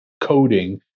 coding